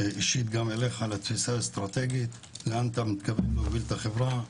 אישית גם אליך על התפיסה אסטרטגית לאן אתה מתכוון להוביל את החברה.